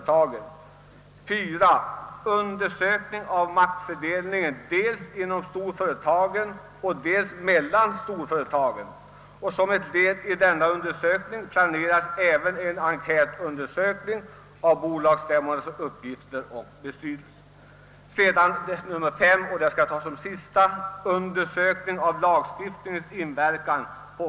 4, Undersökning av maktfördelningen dels inom storföretagen och dels mellan storföretagen. Som ett led i denna undersökning planeras en enkätundersökning av bolagsstämmornas uppgifter och betydelse.